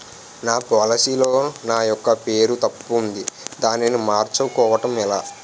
నా పోలసీ లో నా యెక్క పేరు తప్పు ఉంది దానిని మార్చు కోవటం ఎలా?